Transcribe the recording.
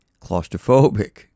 claustrophobic